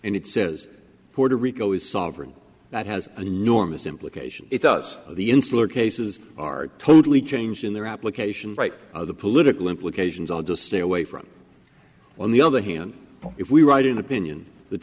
and it says puerto rico is sovereign that has an enormous implication it does the insular cases are totally changed in their application of the political implications i'll just stay away from on the other hand if we write an opinion that